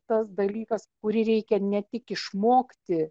tas dalykas kurį reikia ne tik išmokti